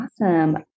Awesome